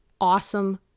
awesome